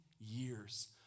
years